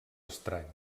estrany